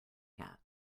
cat